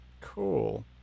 Cool